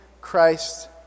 Christ